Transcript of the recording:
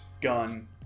gun